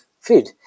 food